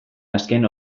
azken